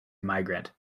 migrant